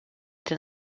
den